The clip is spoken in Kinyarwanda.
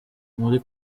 muri